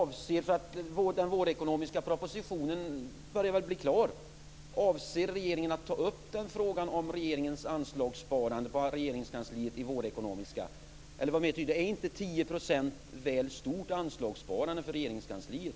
Herr talman! Vårens ekonomiska propositionen börjar väl bli klar. Avser regeringen att ta upp frågan om regeringens anslagssparande på Regeringskansliet i denna proposition? Är inte 10 % ett väl stort anslagssparande för Regeringskansliet?